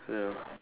ya